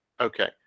Okay